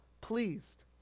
pleased